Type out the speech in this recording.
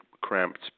cramped